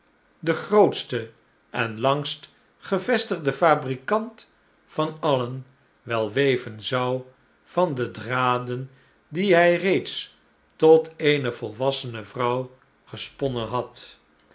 de grootste en laingst gevestigde fabrikant van alien wel weven zau van de draden die hij reeds tot eene volwassene vrouw gesponnen had